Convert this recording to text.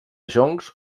joncs